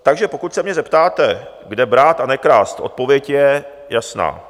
Takže pokud se mě zeptáte, kde brát a nekrást, odpověď je jasná.